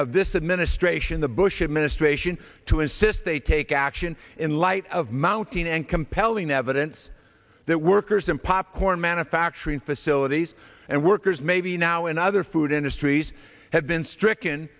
of this administration the bush administration to insist they take action in light of mounting and compelling evidence that workers in popcorn manufacturing facilities and workers maybe now and other food industries have been stricken